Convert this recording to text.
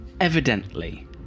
Evidently